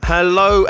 Hello